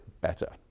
better